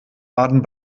baden